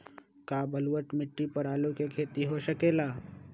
का बलूअट मिट्टी पर आलू के खेती हो सकेला?